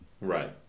Right